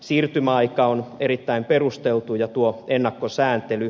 siirtymäaika on erittäin perusteltu ja tuo ennakkosääntely